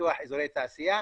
לפיתוח אזורי תעשייה,